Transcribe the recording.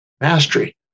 mastery